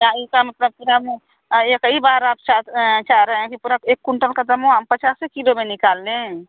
क्या ईका मतलब पुरा में एक ही बार आप चाह रहे हैं कि पूरा एक कुंटल का दमवा हम पचासे किलो में निकाल लें